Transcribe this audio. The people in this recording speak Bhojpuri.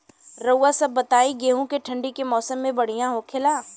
रउआ सभ बताई गेहूँ ठंडी के मौसम में बढ़ियां होखेला?